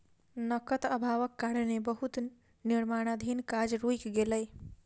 नकद अभावक कारणें बहुत निर्माणाधीन काज रुइक गेलै